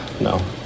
No